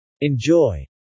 Enjoy